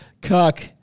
Cuck